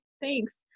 thanks